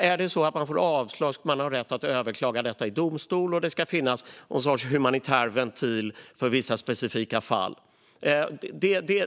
Är det så att man får avslag ska man ha rätt att överklaga detta i domstol, och det ska finnas någon sorts humanitär ventil för vissa specifika fall.